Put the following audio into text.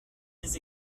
les